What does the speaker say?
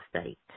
state